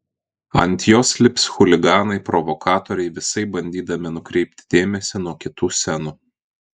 ant jos lips chuliganai provokatoriai visaip bandydami nukreipti dėmesį nuo kitų scenų